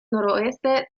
noroeste